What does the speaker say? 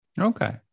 Okay